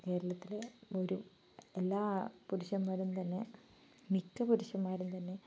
കേരളത്തിലെ ഒരു എല്ലാ പുരുഷന്മാരും തന്നെ മിക്ക പുരുഷന്മാരും തന്നെ